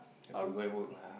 have to go and work